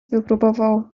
wypróbował